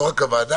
לא רק הוועדה,